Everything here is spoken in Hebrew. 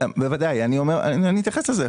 אני אתייחס לזה.